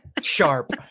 sharp